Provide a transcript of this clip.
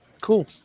Cool